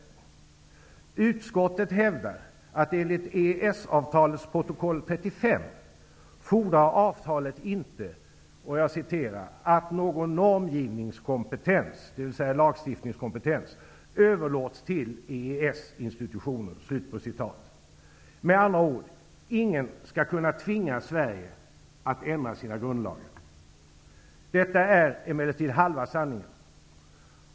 Utskottet hävdar att enligt EES-avtalets protokoll 35 fordrar avtalet inte ''att någon normgivningskompetens'' -- dvs. institutioner''. Med andra ord: Ingen skall kunna tvinga Sverige att ändra sina grundlagar. Detta är emellertid halva sanningen.